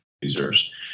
users